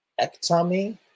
ectomy